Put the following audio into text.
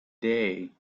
day